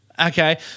Okay